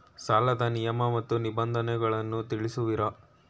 ಸಾಲದ ನಿಯಮ ಮತ್ತು ನಿಬಂಧನೆಗಳನ್ನು ತಿಳಿಸುವಿರಾ?